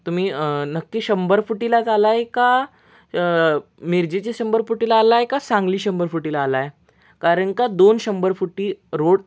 तुम्ही नक्की शंभर फुटीलाच आला आहे का मिरजेचे शंभर फुटीला आला आहे का सांगली शंभर फुटीला आला आहे कारण का दोन शंभर फुटी रोड